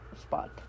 spot